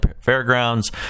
Fairgrounds